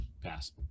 Pass